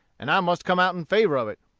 and i must come out in favor of it.